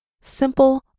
simple